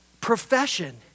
profession